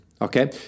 okay